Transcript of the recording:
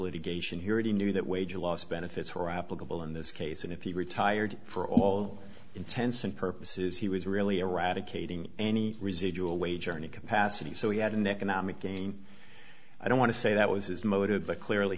litigation here and he knew that wage loss benefits were applicable in this case and if he retired for all intents and purposes he was really eradicating any residual wage earning capacity so he had an economic gain i don't want to say that was his motive clearly